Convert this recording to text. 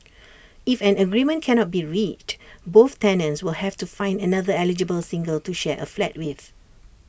if an agreement cannot be reached both tenants will have to find another eligible single to share A flat with